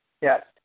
Yes